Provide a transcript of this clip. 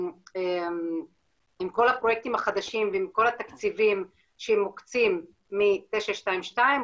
כל הפרויקטים החדשים ועם כל התקציבים שמוקצים מ-922,